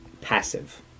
passive